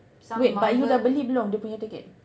wait but you dah beli belum dia punya ticket